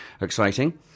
exciting